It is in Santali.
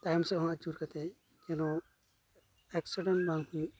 ᱛᱟᱭᱚᱢᱥᱮᱫ ᱦᱚᱸ ᱟᱹᱪᱩᱨ ᱠᱟᱛᱮᱫ ᱡᱮᱱᱚ ᱮᱠᱥᱤᱰᱮᱱᱴ ᱵᱟᱝ ᱦᱩᱭᱩᱜ